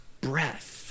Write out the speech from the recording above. breath